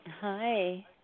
Hi